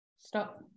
stop